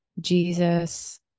Jesus